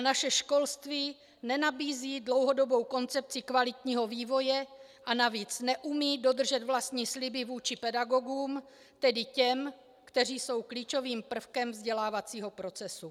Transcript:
Naše školství nenabízí dlouhodobou koncepci kvalitního vývoje a navíc neumí dodržet vlastní sliby vůči pedagogům, tedy těm, kteří jsou klíčovým prvkem vzdělávacího procesu.